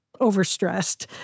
overstressed